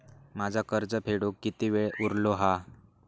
माझा कर्ज फेडुक किती वेळ उरलो हा?